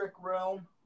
realm